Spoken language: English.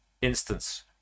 instance